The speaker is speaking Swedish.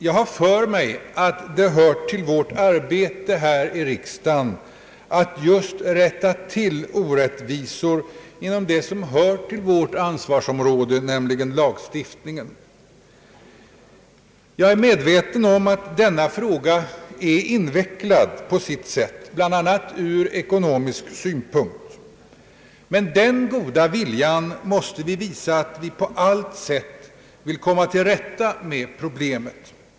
Jag har för mig att det hör till vårt arbete här i riksdagen att rätta till orättvisor inom vårt ansvarsområde, nämligen lagstiftningen. Jag är medveten om att denna fråga på sitt sätt är invecklad, bl.a. ur ekonomisk synpunkt. Men den goda viljan måste vi visa att vi på allt sätt vill komma till rätta med problemet.